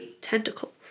Tentacles